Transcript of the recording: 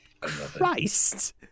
Christ